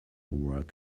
work